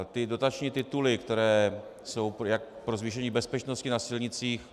Ty dotační tituly, které jsou jak pro zvýšení bezpečnosti na silnicích...